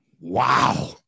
Wow